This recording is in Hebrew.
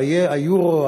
היורו,